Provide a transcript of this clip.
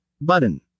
button